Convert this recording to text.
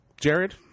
Jared